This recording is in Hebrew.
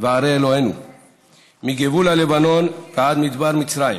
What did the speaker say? וערי אלוהינו מגבול הלבנון ועד מדבר מצרים